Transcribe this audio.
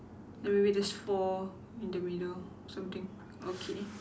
or maybe there's four in the middle or something okay